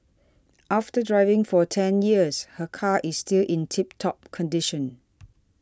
after driving for ten years her car is still in tip top condition